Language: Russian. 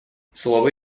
слово